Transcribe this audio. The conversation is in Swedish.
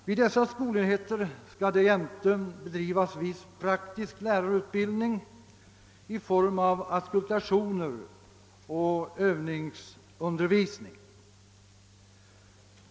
Vid dessa skolenheter skall därjämte bedrivas viss praktisk lärarutbildning i form av auskultationer och övningsundervisning.